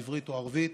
עברית או ערבית,